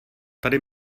tady